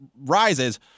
rises